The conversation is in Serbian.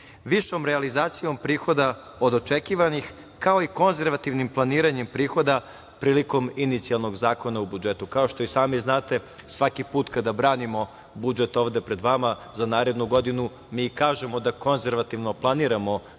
Višom realizacijom prihoda od očekivanih kao i konzervativnim planiranjem prihoda prilikom inicijalnog Zakona u budžetu. Kao što i sami, svaki put kada branimo budžet ovde pred vama za narednu godinu, mi kažemo da konzervativno planiramo